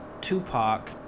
Tupac